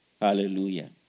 Hallelujah